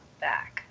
back